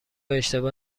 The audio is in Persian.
اشتباه